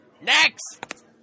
Next